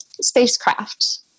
spacecraft